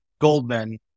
Goldman